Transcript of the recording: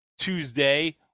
Tuesday